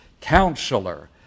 Counselor